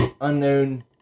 unknown